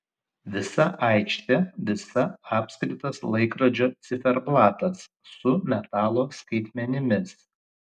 visa aikštė visa apskritas laikrodžio ciferblatas su metalo skaitmenimis